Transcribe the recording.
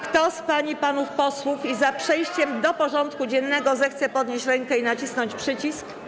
Kto z pań i panów posłów jest za przejściem do porządku dziennego, zechce podnieść rękę i nacisnąć przycisk.